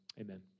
amen